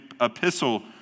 epistle